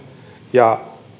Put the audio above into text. ja